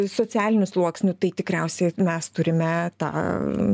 socialinių sluoksnių tai tikriausiai mes turime tą